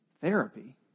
therapy